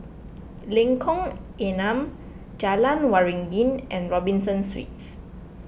Lengkong Enam Jalan Waringin and Robinson Suites